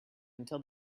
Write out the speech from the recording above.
until